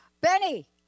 Benny